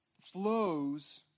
flows